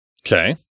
okay